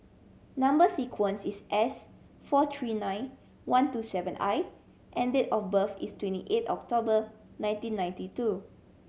number sequence is S four three nine one two seven I and date of birth is twenty eight October nineteen ninety two